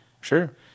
Sure